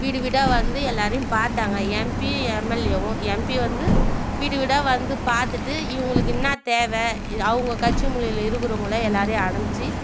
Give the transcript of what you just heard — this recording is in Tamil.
வீடுவீடாக வந்து எல்லோரையும் பார்த்தாங்க எம்பி எம்எல்ஏவும் எம்பி வந்து வீடுவீடாக வந்து பார்த்துட்டு இவங்களுக்கு என்னா தேவை அவங்க கட்சி மூலயம்ல இருக்கிறவுங்கள எல்லோரையும் அனுப்ச்சு